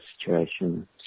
situation